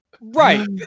Right